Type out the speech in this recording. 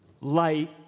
Light